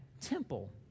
temple